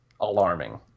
alarming